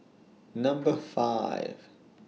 Number five